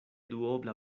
duobla